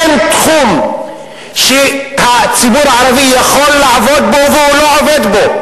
אין תחום שהציבור הערבי יכול לעבוד בו והוא לא עובד בו.